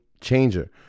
changer